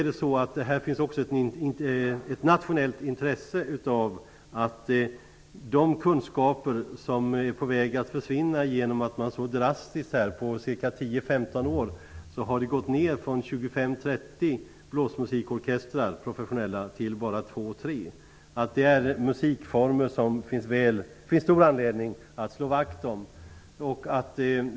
Det finns dock också ett nationellt intresse för de kunskaper som är på väg att försvinna genom den drastiska minskning som skett under 10--15 år när det gäller antalet blåsorkestrar. Det rör sig om en minskning från 25--30 professionella sådana till bara 2 eller 3. Det finns stor anledning att slå vakt om dessa musikformer.